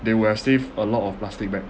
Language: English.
they would have saved a lot of plastic bags